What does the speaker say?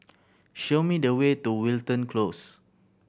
show me the way to Wilton Close